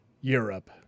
Europe